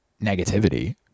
negativity